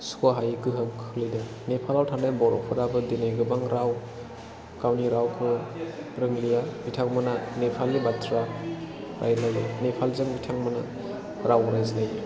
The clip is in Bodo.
सुख'हायि गोहोम खोख्लैदों नेपाल आव थानाय बर' फोराबो दिनै गोबां राव गावनि रावखौ रोंलिया बिथांमोना नेपालि बाथ्रा रायज्लायो नेपाल जों बिथांमोना राव रायज्लायो